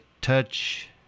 touch